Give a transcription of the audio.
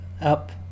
Up